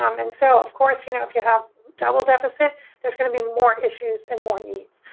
um and so, of course, you know, if you have double deficit there's going to be more issues and more needs.